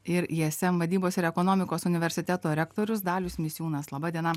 ir ism vadybos ir ekonomikos universiteto rektorius dalius misiūnas laba diena